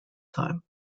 time